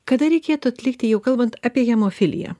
kada reikėtų atlikti jau kalbant apie hemofiliją